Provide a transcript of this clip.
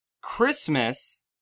christmas